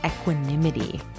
equanimity